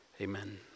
Amen